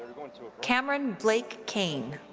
going to a. cameron blake kayne.